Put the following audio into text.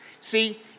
See